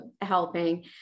helping